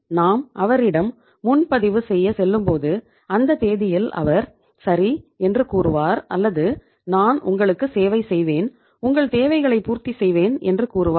நாம் அவரிடம் முன்பதிவு செய்யச் செல்லும்போது இந்த தேதியில் அவர் சரி என்று கூறுவார் அல்லது நான் உங்களுக்கு சேவை செய்வேன் உங்கள் தேவைகளை பூர்த்தி செய்வேன் என்று கூறுவார்